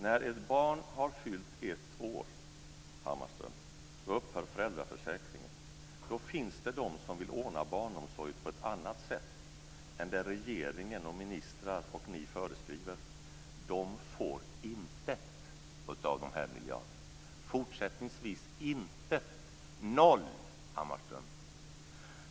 När ett barn har fyllt ett år, Hammarström, så upphör föräldraförsäkringen. Då finns det de som vill ordna barnomsorg på ett annat sätt än det som regeringen, ministrar och ni föreskriver. De får intet av de här miljarderna - fortsättningsvis intet och noll, Hammarström!